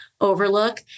Overlook